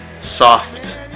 soft